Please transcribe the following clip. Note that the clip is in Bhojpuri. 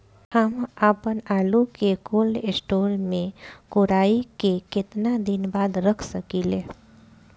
हम आपनआलू के कोल्ड स्टोरेज में कोराई के केतना दिन बाद रख साकिले?